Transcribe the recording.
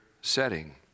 setting